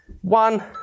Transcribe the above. one